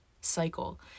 cycle